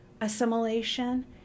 assimilation